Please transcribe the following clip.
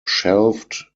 shelved